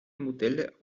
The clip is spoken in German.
modelle